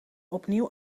opnieuw